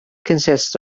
consists